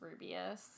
Rubius